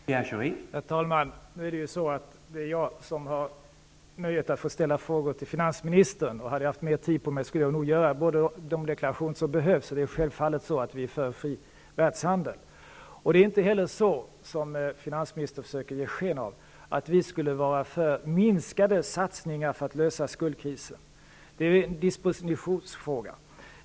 Herr talman! Nu är det ju så att det är jag som har nöjet att få ställa frågor till finansministern. Hade jag haft mer tid till förfogande skulle jag göra de deklarationer som behövs. Självfallet är vi socialdemokrater för en fri världshandel. Det är inte heller så, som finansministern försöker ge sken av, att vi skulle vara för minskade satsningar för att lösa skuldkrisen. Det är en dispositionsfråga.